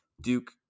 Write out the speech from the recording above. Duke